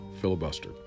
filibuster